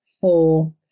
four